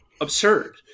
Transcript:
absurd